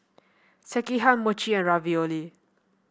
Sekihan Mochi and Ravioli